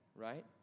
right